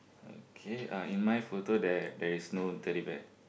okay uh in my photo there there is no Teddy Bear